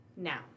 Now